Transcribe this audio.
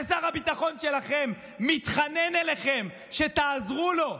ושר הביטחון שלכם מתחנן אליכם שתעזרו לו,